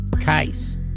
case